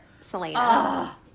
Selena